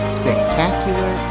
spectacular